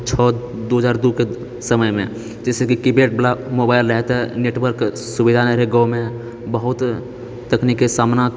छओ दू हजार दू कऽ समयमे जैसे कि की पैड वाला मोबाइल रहै नेटवर्क सुविधा नहि रहै गाँवमे बहुत तकनीकी सामना